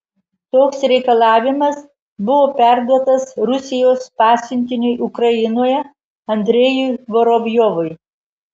toks reikalavimas buvo perduotas rusijos pasiuntiniui ukrainoje andrejui vorobjovui